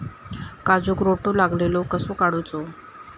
काजूक रोटो लागलेलो कसो काडूचो?